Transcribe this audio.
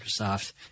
Microsoft